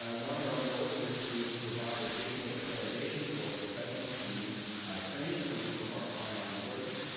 ah one of our goals is to provide additional accreditation for professionals who need training from some of our online courses.